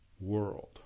world